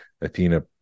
Athena